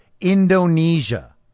Indonesia